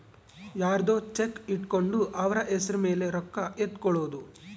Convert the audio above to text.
ಯರ್ದೊ ಚೆಕ್ ಇಟ್ಕೊಂಡು ಅವ್ರ ಹೆಸ್ರ್ ಮೇಲೆ ರೊಕ್ಕ ಎತ್ಕೊಳೋದು